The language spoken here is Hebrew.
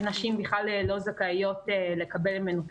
נשים בכלל לא זכאיות לקבל ממנו תקציבים.